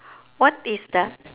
what is the